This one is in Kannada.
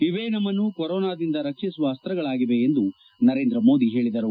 ಇವೇ ನಮ್ಮನ್ನು ಕೊರೊನಾದಿಂದ ರಕ್ಷಿಸುವ ಅಸ್ತ್ರಗಳಾಗಿವೆ ಎಂದು ನರೇಂದ್ರ ಮೋದಿ ಹೇಳಿದರು